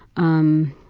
i'm